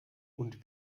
und